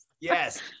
yes